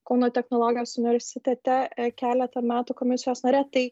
kauno technologijos universitete keletą metų komisijos nare tai